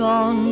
on